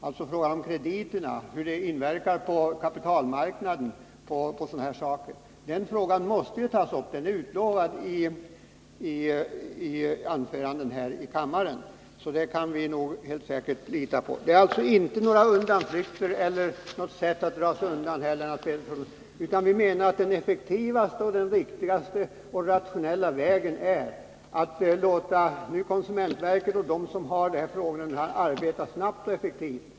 Vi kan med andra ord lita på att den frågan kommer att behandlas. Det är således, Lennart Pettersson, inte fråga om att på något sätt dra sig undan. Vi menar att den effektivaste och mest rationella metoden är att låta konsumentverket arbeta snabbt och effektivt.